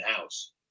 house